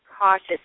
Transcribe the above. cautious